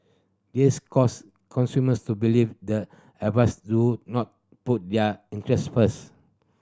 this caused consumers to believe that advisers do not put their interests first